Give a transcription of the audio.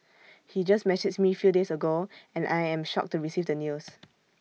he just messaged me few days ago and I am shocked to receive the news